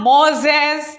Moses